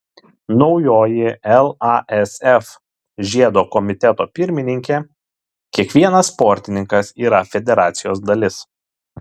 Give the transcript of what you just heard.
naujoji lasf žiedo komiteto pirmininkė kiekvienas sportininkas yra federacijos dalis